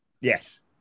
Yes